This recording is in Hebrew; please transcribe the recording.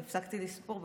הפסקתי לספור בחמישה.